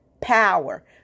power